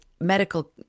medical